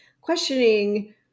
questioning